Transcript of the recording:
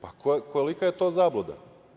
Pa kolika je to zabluda?